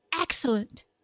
excellent